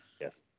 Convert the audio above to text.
Yes